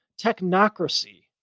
technocracy